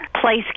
place